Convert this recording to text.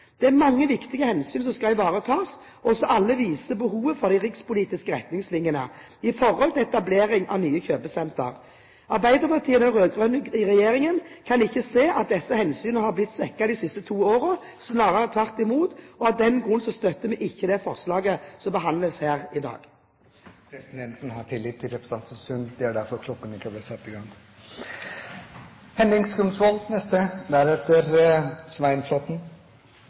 Det er mange viktige hensyn som skal ivaretas, og som alle viser behovet for de rikspolitiske retningslinjene for etablering av nye kjøpesentre. Arbeiderpartiet og den rød-grønne regjeringen kan ikke se at disse hensynene er blitt svekket de siste to årene, snarere tvert imot. Av den grunn støtter vi ikke det forslaget som behandles her i dag. Presidenten har tillit til representanten Sund. Det er derfor klokken ikke er blitt satt i gang.